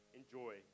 enjoy